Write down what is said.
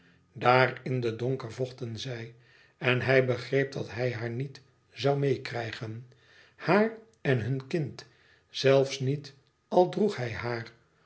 daar in den donker vochten zij en hij be e ids aargang begreep dat hij haar niet zoû meêkrijgen haar en hun kind zelfs niet al droeg hij haar